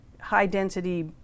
high-density